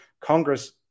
Congress